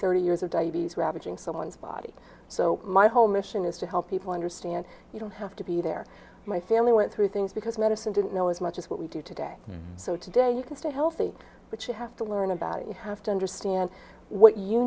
thirty years of diabetes ravaging someone's body so my whole mission is to help people understand you don't have to be there my family went through things because medicine didn't know as much as what we do today so today you can stay healthy but you have to learn about you have to understand what you